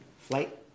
flight